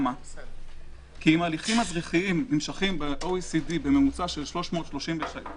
כי אם הליכים אזרחיים נמשכים ב-OECD בממוצע של 233 ימים